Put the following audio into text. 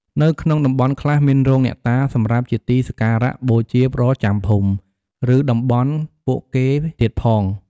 នៅក្នុងតំបន់ខ្លះ មានរោងអ្នកតា សម្រាប់ជាទីសក្ការៈបូជាប្រចាំភូមិ ឬតំបន់ពួកគេទៀតផង។